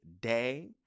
day